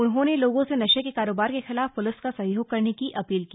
उन्होंने लोगों से नशे के कारोबार के खिलाफ पुलिस का सहयोग करने की अपील की